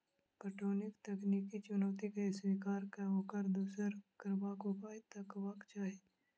पटौनीक तकनीकी चुनौती के स्वीकार क ओकरा दूर करबाक उपाय तकबाक चाही